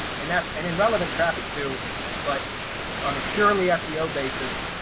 and that's an irrelevant traffic to but on a purely ah seo basis,